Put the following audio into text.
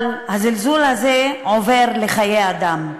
אבל הזלזול הזה עובר לחיי אדם,